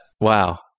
Wow